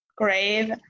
grave